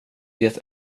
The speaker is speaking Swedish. det